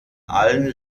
allen